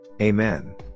Amen